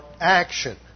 action